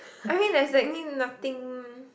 I mean there's tecnically nothing